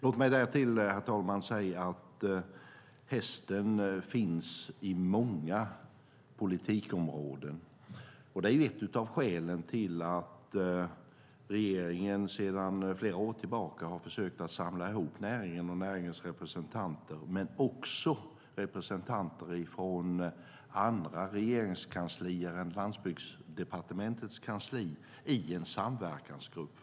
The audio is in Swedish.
Låt mig därtill, herr talman, säga att hästen finns inom många politikområden. Det är ett av skälen till att regeringen sedan flera år tillbaka har försökt att samla ihop näringen och näringens representanter men också representanter från andra departementskanslier än Landsbygdsdepartementets kansli i en samverkansgrupp.